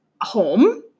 home